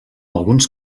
alguns